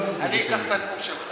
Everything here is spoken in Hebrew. אני לא, אני אקח את הנאום שלך,